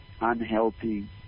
unhealthy